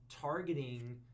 targeting